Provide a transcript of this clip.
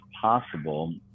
possible